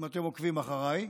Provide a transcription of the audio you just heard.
אם אתם עוקבים אחריי,